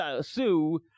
sue